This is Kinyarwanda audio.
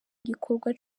gikorwa